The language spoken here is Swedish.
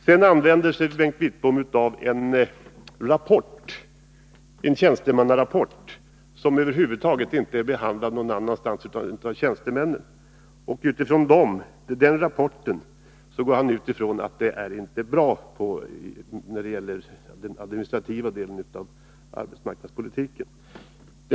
Sedan använder sig Bengt Wittbom av en tjänstemannarapport som över huvud taget inte är behandlad någon annanstans utan enbart av tjänstemännen. Utifrån den rapporten bedömer han att den administrativa delen av arbetsmarknadspolitiken inte är bra.